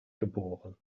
geboren